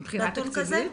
מבחינה תקציבית?